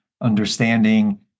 understanding